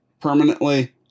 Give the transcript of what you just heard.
permanently